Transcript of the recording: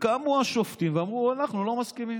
קמו השופטים ואמרו: אנחנו לא מסכימים,